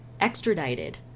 extradited